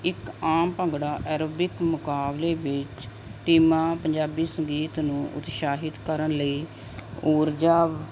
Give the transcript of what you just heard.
ਇੱਕ ਆਮ ਭੰਗੜਾ ਐਰੋਬਿਕ ਮੁਕਾਬਲੇ ਵਿੱਚ ਟੀਮਾਂ ਪੰਜਾਬੀ ਸੰਗੀਤ ਨੂੰ ਉਤਸ਼ਾਹਿਤ ਕਰਨ ਲਈ ਊਰਜਾ